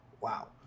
wow